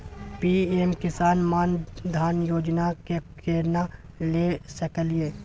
PM किसान मान धान योजना के केना ले सकलिए?